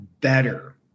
better